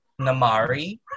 Namari